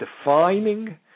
defining